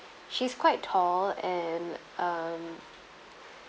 she's quite tall and um